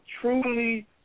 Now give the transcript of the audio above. truly